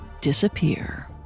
disappear